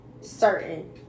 certain